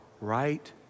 right